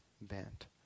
bent